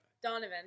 Donovan